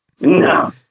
No